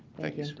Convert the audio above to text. thank you.